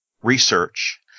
research